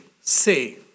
say